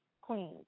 queens